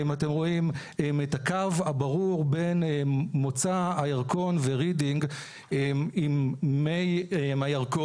אתם רואים את הקו הברור בין מוצא הירקון ורידינג עם הירקון,